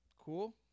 Cool